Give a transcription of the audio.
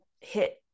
hit